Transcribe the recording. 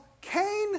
Cain